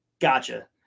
Gotcha